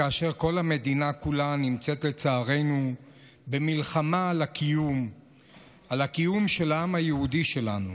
כאשר כל המדינה כולה נמצאת לצערנו במלחמה על הקיום של העם היהודי שלנו